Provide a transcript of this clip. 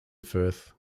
firth